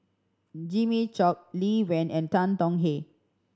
Jimmy Chok Lee Wen and Tan Tong Hye